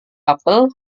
apel